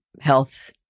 health